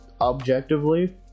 objectively